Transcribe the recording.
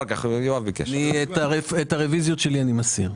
את הרביזיות שלי אני מסיר.